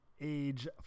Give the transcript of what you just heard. age